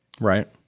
Right